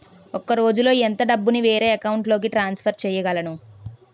ఒక రోజులో ఎంత డబ్బుని వేరే అకౌంట్ లోకి ట్రాన్సఫర్ చేయగలను?